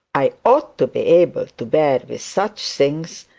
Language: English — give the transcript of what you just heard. i ought to be able to bear with such things,